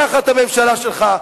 תחת הממשלה שלך.